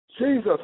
Jesus